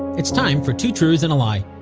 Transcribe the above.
it's time for two truths and a lie!